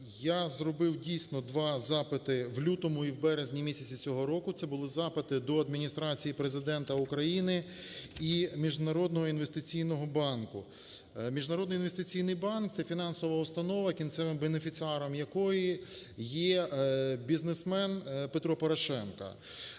Я зробив дійсно два запити в лютому і в березні цього року. Це були запити до Адміністрації Президента України і Міжнародного інвестиційного банку. Міжнародний інвестиційний банк – це фінансова установа, кінцевимбенефіціаром якої є бізнесмен Петро Порошенко.